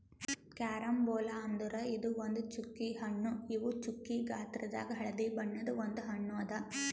carambola ಅಂದುರ್ ಇದು ಒಂದ್ ಚ್ಚುಕಿ ಹಣ್ಣು ಇವು ಚ್ಚುಕಿ ಗಾತ್ರದಾಗ್ ಹಳದಿ ಬಣ್ಣದ ಒಂದ್ ಹಣ್ಣು ಅದಾ